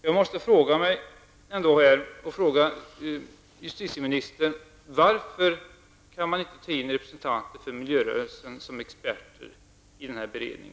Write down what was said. Jag måste fråga justitieministern: Varför kan man inte ta in representanter för miljörörelsen som experter i denna beredning?